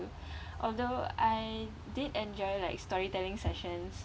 although I did enjoy like storytelling sessions